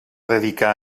dedicar